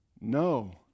No